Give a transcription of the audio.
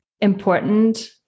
important